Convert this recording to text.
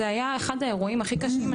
זה היה אחד האירועים הכי קשים,